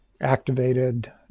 activated